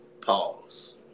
Pause